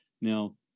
now